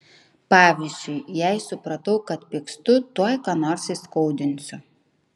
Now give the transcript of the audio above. pavyzdžiui jei supratau kad pykstu tuoj ką nors įskaudinsiu